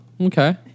Okay